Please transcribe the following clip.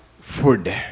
food